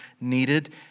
needed